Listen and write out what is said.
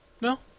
No